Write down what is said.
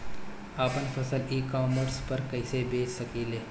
आपन फसल ecommerce पर कईसे बेच सकिले?